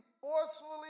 forcefully